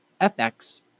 FX